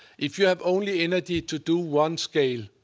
if you have only energy to do one scale,